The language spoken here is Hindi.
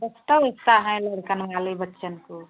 सस्ता उस्ता है लड़के वाले बच्चों का